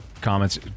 comments